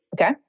Okay